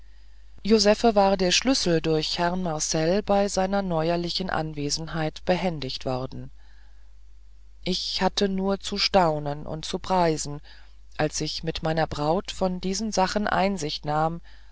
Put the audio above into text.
josephen war der schlüssel durch herrn marcell bei seiner neulichen anwesenheit behändigt worden ich hatte nur zu staunen und zu preisen als ich mit meiner braut von diesen sachen einsicht nahm